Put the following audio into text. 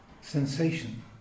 sensation